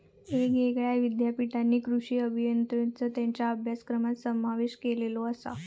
येगयेगळ्या ईद्यापीठांनी कृषी अभियांत्रिकेचो त्येंच्या अभ्यासक्रमात समावेश केलेलो आसा